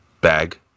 bag